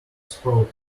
sprouted